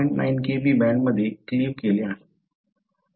9 Kb बँडमध्ये cleave केले आहे